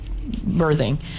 birthing